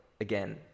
again